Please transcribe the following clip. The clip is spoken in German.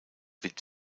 wird